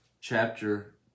chapter